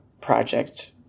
project